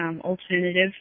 alternative